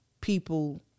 people